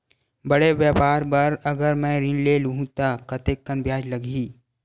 बड़े व्यापार बर अगर मैं ऋण ले हू त कतेकन ब्याज लगही?